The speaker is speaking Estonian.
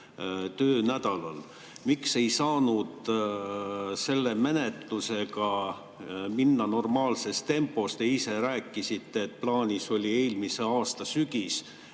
töönädalal. Miks ei saanud selle menetlusega minna normaalses tempos? Te ise rääkisite, et plaanis oli eelmise aasta sügis.